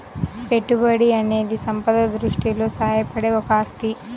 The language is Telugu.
పెట్టుబడి అనేది సంపద సృష్టిలో సహాయపడే ఒక ఆస్తి